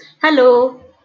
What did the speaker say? Hello